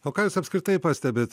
o ką jūs apskritai pastebit